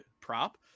prop